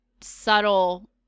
subtle